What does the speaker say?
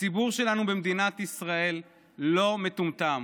הציבור שלנו במדינת ישראל לא מטומטם.